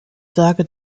sage